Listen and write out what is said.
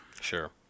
Sure